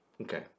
Okay